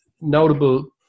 notable